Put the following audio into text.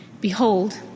Behold—